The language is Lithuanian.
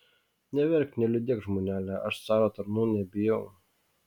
neverk neliūdėk žmonele aš caro tarnų nebijau